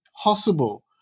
possible